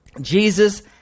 Jesus